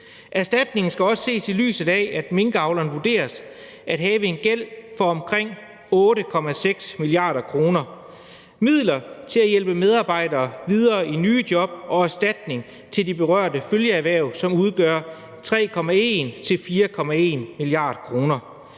Erstatningen skal også ses i lyset af, at minkavleren vurderes at have en gæld for omkring 8,6 mia. kr., midler til at hjælpe medarbejdere videre i nye job og erstatning til de berørte følgeerhverv, som udgør 3,1-4,1 mia. kr.